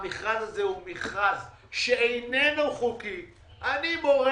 מכרז שאיננו חוקי ואני מורה